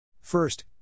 First